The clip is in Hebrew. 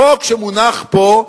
החוק שמונח פה,